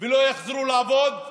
ולא יחזרו לעבוד לעולם.